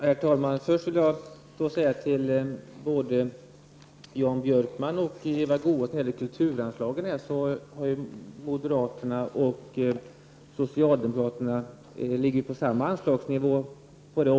Herr talman! Först vill jag när det gäller kulturanslaget säga till både Jan Björkman och Eva Goés att moderaterna och socialdemokraterna på det området ligger på samma anslagsnivå.